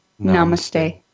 Namaste